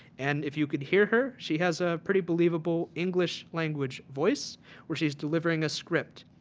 and if you can hear her she has a pretty believable english language voice where she is delivering a script.